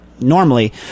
Normally